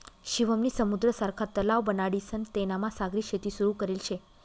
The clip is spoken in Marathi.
शिवम नी समुद्र सारखा तलाव बनाडीसन तेनामा सागरी शेती सुरू करेल शे